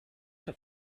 have